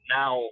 now